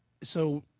so,